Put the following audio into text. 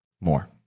more